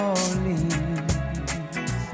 Orleans